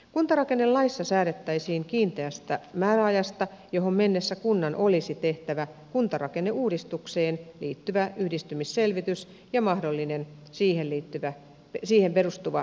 kuntarakennelaissa säädettäisiin kiinteästä määräajasta johon mennessä kunnan olisi tehtävä kuntarakenneuudistukseen liittyvä yhdistymisselvitys ja mahdollinen siihen perustuva yhdistymisesitys